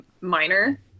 minor